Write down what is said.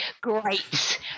great